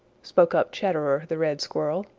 spoke up chatterer the red squirrel.